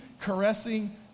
caressing